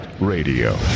radio